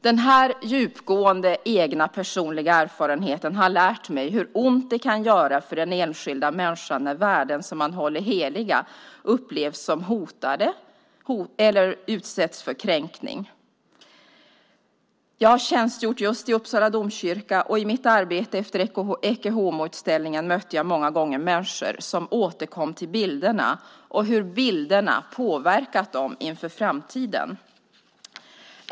Den här djupgående egna personliga erfarenheten har lärt mig hur ont det kan göra för den enskilda människan när värden som man håller heliga upplevs som hotade eller utsätts för kränkning. Jag har tjänstgjort i just Uppsala domkyrka, och i mitt arbete efter Ecce Homo-utställningen mötte jag många gånger människor som återkom till bilderna och hur bilderna påverkat dem inför framtiden.